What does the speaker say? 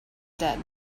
dead